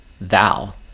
thou